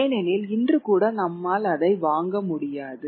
ஏனெனில்இன்று கூட நம்மால் அதை வாங்க முடியாது